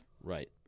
Right